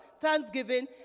thanksgiving